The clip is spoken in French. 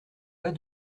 pas